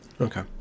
Okay